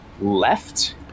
left